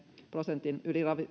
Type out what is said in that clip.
prosentin